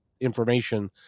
information